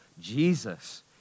Jesus